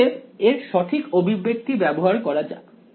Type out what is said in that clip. অতএব এর সঠিক অভিব্যক্তি ব্যবহার করা যাক